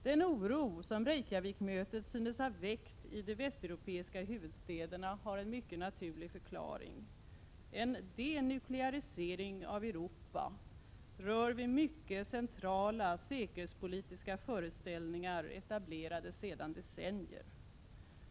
Den oro som Reykjavikmötet synes ha väckt i de västeuropiska huvudstäderna har en mycket naturlig förklaring. En denuklearisering av Europa rör vid mycket centrala säkerhetspolitiska föreställningar, etablerade sedan decennier.